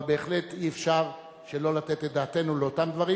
אבל בהחלט אי-אפשר שלא לתת את דעתנו לאותם דברים,